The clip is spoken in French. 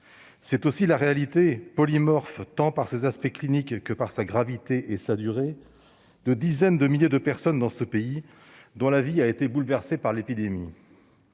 C'est aussi la réalité polymorphe, tant par ses aspects cliniques que par sa gravité et sa durée, de dizaines de milliers de personnes dans ce pays dont la vie a été bouleversée par l'épidémie.